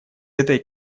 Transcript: этой